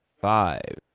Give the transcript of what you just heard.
Five